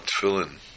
tefillin